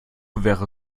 wäre